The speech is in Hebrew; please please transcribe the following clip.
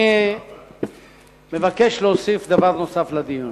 אני מבקש להוסיף דבר נוסף לדיון.